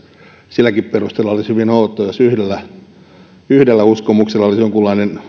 silläkin perusteella olisi hyvin outoa jos yhdellä uskomuksella olisi jonkunlainen